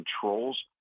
controls